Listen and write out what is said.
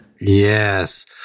Yes